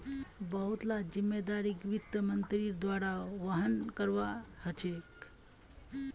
बहुत ला जिम्मेदारिक वित्त मन्त्रीर द्वारा वहन करवा ह छेके